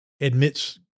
admits